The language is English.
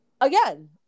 again